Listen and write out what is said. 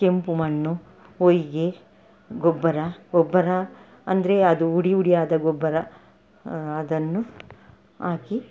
ಕೆಂಪು ಮಣ್ಣು ಒಯ್ಗೆ ಗೊಬ್ಬರ ಗೊಬ್ಬರ ಅಂದರೆ ಅದು ಉಡಿ ಉಡಿಯಾದ ಗೊಬ್ಬರ ಅದನ್ನು ಹಾಕಿ